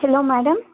hello madam